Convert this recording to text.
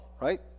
right